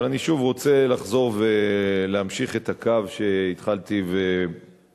אבל אני שוב רוצה לחזור ולהמשיך את הקו שהתחלתי ודיברתי,